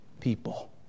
people